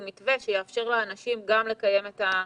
מתווה שיאפשר לאנשים גם לקיים את האירועים האלה.